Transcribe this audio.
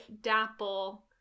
dapple